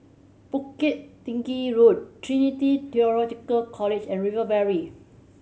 Bukit Tinggi Road Trinity Theological College and River Valley